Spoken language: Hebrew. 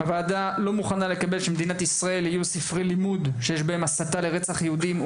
הוועדה לא מקבלת את קיומם של ספרי לימוד שמכילים תכני הסתה לרצח יהודים,